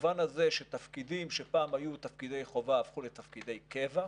במובן הזה שתפקידים שפעם היו תפקידי חובה הפכו לתפקידי קבע.